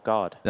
God